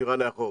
הספירה לאחור.